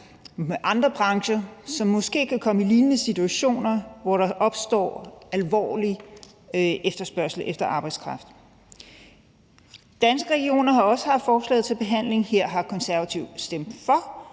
med andre brancher, som måske kan komme i lignende situationer, hvor der opstår alvorlige efterspørgsel efter arbejdskraft. Danske Regioner har også haft forslaget til behandling, og her har Konservative stemt for,